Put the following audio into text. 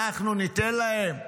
אנחנו ניתן להם?